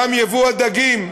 וגם ביבוא הדגים,